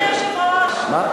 אדוני היושב-ראש,